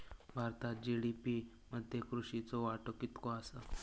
भारतात जी.डी.पी मध्ये कृषीचो वाटो कितको आसा?